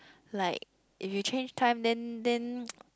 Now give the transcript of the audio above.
like if you change time then then